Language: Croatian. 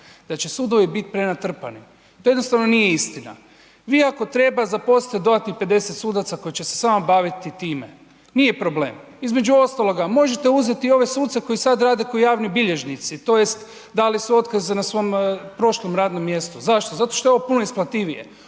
da će sudovi biti prenatrpani. To jednostavno nije istina. Vi ako treba zaposlite dodatnih 50 sudaca koji će se samo baviti time, nije problem. Između ostaloga možete uzeti i ove suce koji sada rade kao javni bilježnici, tj. dali su otkaze na svom prošlom radnom mjestu. Zašto? Zato što je ovo puno isplativije.